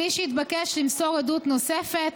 בלי שהתבקש למסור עדות נוספת